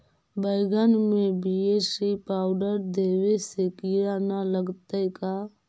बैगन में BAC powder देबे से किड़ा न लगतै का?